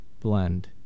Blend